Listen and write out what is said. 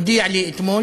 הוא הודיע אתמול.